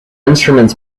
instruments